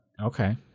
Okay